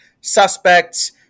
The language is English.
suspects